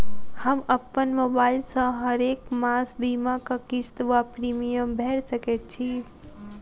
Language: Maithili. हम अप्पन मोबाइल सँ हरेक मास बीमाक किस्त वा प्रिमियम भैर सकैत छी?